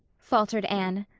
faltered anne.